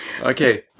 okay